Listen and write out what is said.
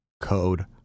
Code